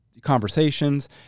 conversations